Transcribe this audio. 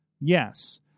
Yes